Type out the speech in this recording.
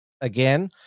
again